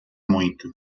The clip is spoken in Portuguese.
muito